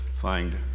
find